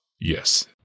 Yes